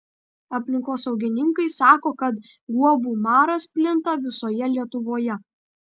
aplinkosaugininkai sako kad guobų maras plinta visoje lietuvoje